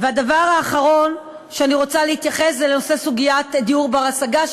והדבר האחרון שאני רוצה להתייחס אליו זה סוגיית הדיור בר-השגה,